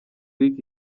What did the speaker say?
lick